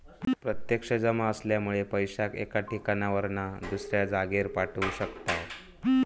प्रत्यक्ष जमा असल्यामुळे पैशाक एका ठिकाणावरना दुसऱ्या जागेर पाठवू शकताव